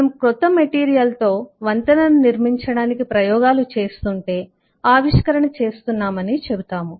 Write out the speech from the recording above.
మనము క్రొత్త మెటీరియల్ పదార్థం తో వంతెన నిర్మించడానికి ప్రయోగాలు చేస్తుంటే ఆవిష్కరణ చేస్తున్నామని చెబుతాము